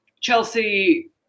Chelsea –